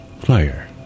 player